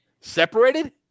Separated